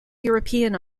european